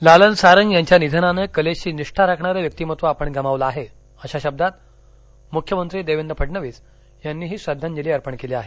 लालन सारंग यांच्या निधनाने कलेशी निष्ठा राखणारे व्यक्तिमत्त्व आपण गमावलं आहे अशा शब्दात मुख्यमंत्री देवेंद्र फडणवीस यांनीही श्रद्धांजली अर्पण केली आहे